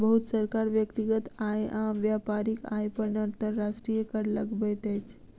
बहुत सरकार व्यक्तिगत आय आ व्यापारिक आय पर अंतर्राष्ट्रीय कर लगबैत अछि